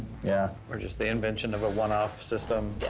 yeah. or just the invention of a one-off system.